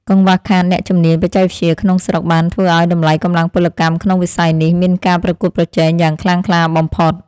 កង្វះខាតអ្នកជំនាញបច្ចេកវិទ្យាក្នុងស្រុកបានធ្វើឱ្យតម្លៃកម្លាំងពលកម្មក្នុងវិស័យនេះមានការប្រកួតប្រជែងយ៉ាងខ្លាំងក្លាបំផុត។